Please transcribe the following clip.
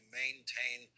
maintain